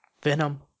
Venom